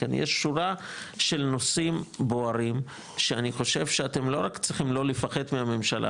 יש שורה של נושאים בוערים שאני חושב שאתם לא רק צריכים לא לפחד מהממשלה,